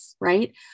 right